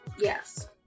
Yes